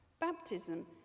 Baptism